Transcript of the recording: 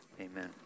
amen